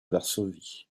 varsovie